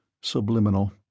Subliminal